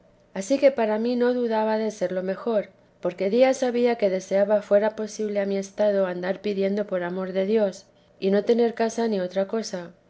ansí que para mí no dudaba de ser lo mejor porque días había que deseaba fuera posible a mi estado andar pidiendo por amor de dios y no tener casa ni otra cosa